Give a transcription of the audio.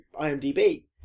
IMDb